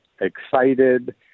excited